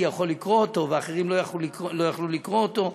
יכול לקרוא אותו ואחרים לא יכלו לקרוא אותו,